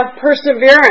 perseverance